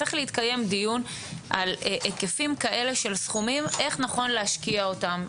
צריך להתקיים דיון על היקפים כאלה של סכומים איך נכון להשקיע אותם.